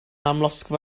amlosgfa